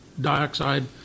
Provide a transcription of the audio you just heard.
dioxide